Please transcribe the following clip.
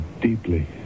deeply